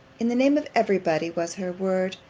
in the name of every body, was her word,